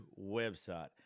website